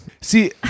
See